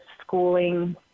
schooling